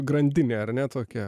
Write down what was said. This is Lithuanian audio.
grandinė ar ne tokia